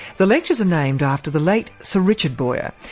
the lectures are named after the late sir richard boyer,